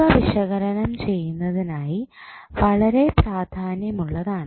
ഇവ വിശകലനം ചെയ്യുന്നതിനായി വളരെ പ്രാധാന്യം ഉള്ളതാണ്